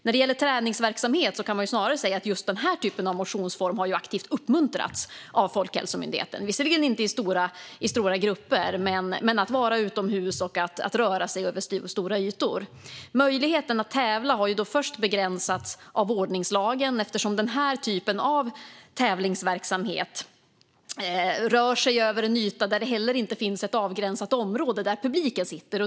När det gäller träningsverksamhet kan man snarare säga att just den här typen av motionsform ju har aktivt uppmuntrats av Folkhälsomyndigheten - visserligen inte i stora grupper, men att vara utomhus och röra sig över stora ytor har uppmuntrats. Möjligheten att tävla har först begränsats av ordningslagen, eftersom den här typen av tävlingsverksamhet rör sig över en yta utan ett avgränsat område där publiken sitter.